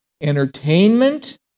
entertainment